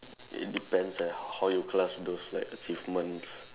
it depends eh how you class those like achievements